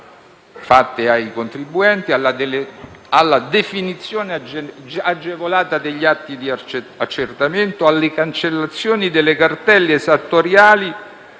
fatti ai contribuenti, alla definizione agevolata degli atti di accertamento, alle cancellazioni delle cartelle esattoriali